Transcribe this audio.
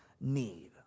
need